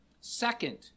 Second